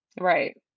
Right